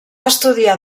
estudiar